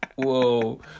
Whoa